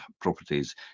properties